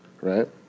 right